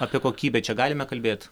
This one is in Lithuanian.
apie kokybę čia galime kalbėt